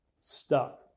stuck